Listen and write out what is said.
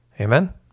amen